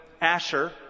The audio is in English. Asher